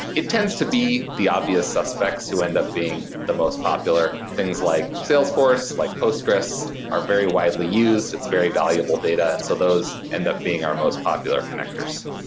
it tends to be the obvious suspects who end up being the most popular. things like salesforce, like postgres are very widely used. it's very valuable data. so those end up being our most popular connectors.